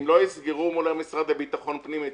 אם לא יסגרו מול משרד לביטחון פנים את